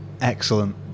Excellent